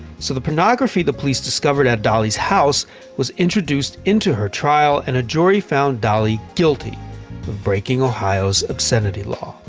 so the pornography the police discovered at dolly's house was introduced into her trial, and a jury found dolly guilty of breaking ohio's obscenity law.